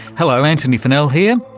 hello, antony funnell here,